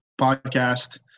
podcast